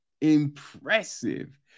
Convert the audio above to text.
impressive